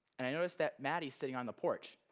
and i notice that maddie's sitting on the porch,